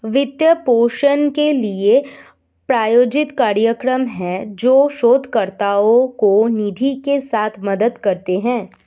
वित्त पोषण के लिए, प्रायोजित कार्यक्रम हैं, जो शोधकर्ताओं को निधि के साथ मदद करते हैं